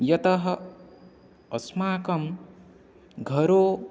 यतः अस्माकं घरो